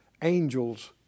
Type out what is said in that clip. angel's